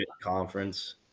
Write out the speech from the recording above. conference